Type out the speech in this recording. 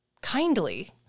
kindly